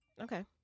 Okay